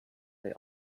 they